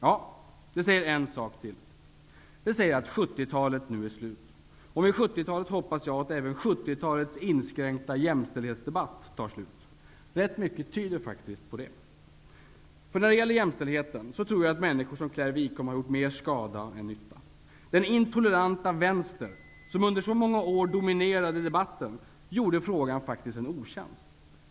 Ja, det säger en sak till. Det säger att 1970-talet nu är slut. Med 70-talet hoppas jag att även 70-talets inskränkta jämställdhetsdebatt tar slut. Rätt mycket tyder faktiskt på det. När det gäller jämställdigheten tror jag att människor som Claire Wikholm har gjort mer skada än nytta. Den intoleranta Vänstern, som under så många år dominerade debatten, gjorde frågan faktiskt en otjänst.